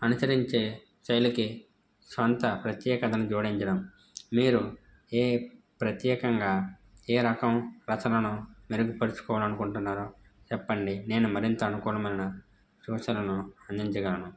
అనుసరించే శైలికి సొంత ప్రత్యేకతను జోడించడం మీరు ఏ ప్రత్యేకంగా ఏ రకం రచనను మెరుగుపరుచుకోవాలి అనుకుంటున్నారో చెప్పండి నేను మరింత అనుకూలమైన సూచలను అందించగలను